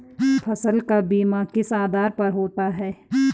फसल का बीमा किस आधार पर होता है?